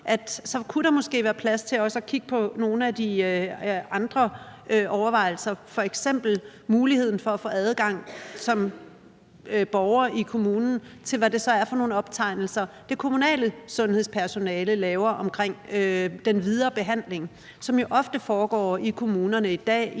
så måske også kunne være plads til at kigge på nogle af de andre overvejelser, f.eks. muligheden for som borger i kommunen at få adgang til, hvad det så er for nogle optegnelser, det kommunale sundhedspersonale laver om den videre behandling, som jo i dag ofte foregår i kommunerne i regi